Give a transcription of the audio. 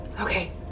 Okay